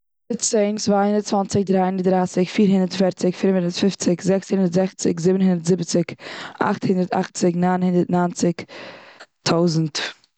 צען, צוויי הונדערט צוואנציג, דריי הונדערט דרייסיג, פיר הונדערט פערציג, פינעף הונדערט פיפציג, זעקס הונדערט זעכציג, זיבן הונדערט זיבעציג, אכט הונדערט אכציג, ניין הונדערט ניינציג, טויזנט.